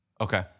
Okay